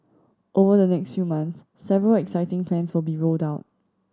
over the next few months several exciting plans will be rolled out